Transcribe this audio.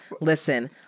Listen